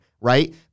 right